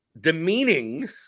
demeaning